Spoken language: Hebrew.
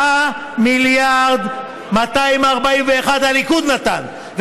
4.241 מיליארד הליכוד נתן,